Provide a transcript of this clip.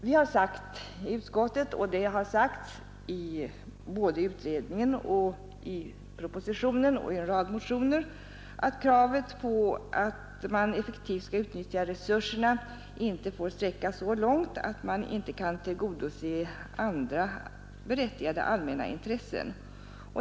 Vi har sagt i utskottet, och det har framhållits såväl i utredningen som i propositionen och i en rad motioner, att kravet på att man effektivt skall utnyttja resurserna inte får sträckas så långt att man inte kan tillgodose andra berättigade allmänna intressen.